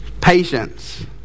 Patience